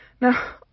Now